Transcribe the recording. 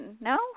no